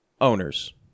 owners